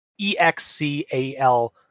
E-X-C-A-L-